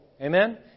Amen